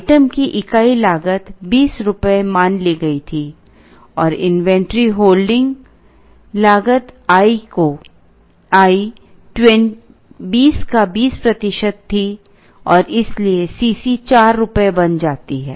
item की इकाई लागत 20 रुपये मान ली गई थी और इन्वेंट्री होल्डिंग लागत i 20 की 20 प्रतिशत थी और इसलिए Cc 4 रुपये बन जाती है